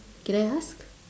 can I ask